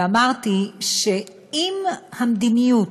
ואמרתי שאם המדיניות